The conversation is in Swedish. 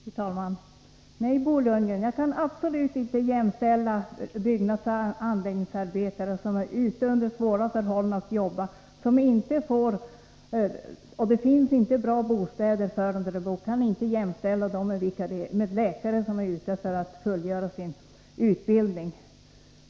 Fru talman! Nej, Bo Lundgren, jag kan absolut inte jämställa byggnadsoch anläggningsarbetare m.fl., som jobbar under svåra förhållanden och för vilka det inte finns bra bostäder, med läkare som är ute för att fullgöra sin utbildning.